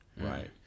right